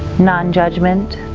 non-judgment,